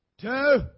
two